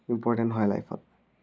important হয় লাইফত